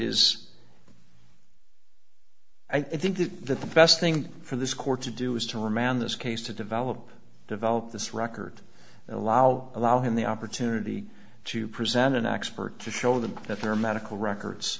is i think that the best thing for this court to do is to remand this case to develop develop this record and allow allow him the opportunity to present an expert to show them that their medical records